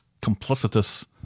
complicitous